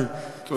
אבל, תודה.